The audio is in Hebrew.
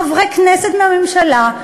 חברי כנסת מהממשלה,